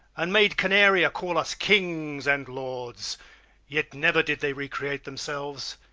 and made canaria call us kings and lords yet never did they recreate themselves,